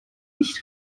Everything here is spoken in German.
nicht